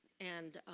and